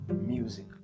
music